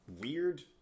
weird